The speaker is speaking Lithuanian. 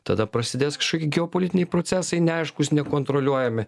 tada prasidės kažkokie geopolitiniai procesai neaiškūs nekontroliuojami